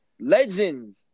Legends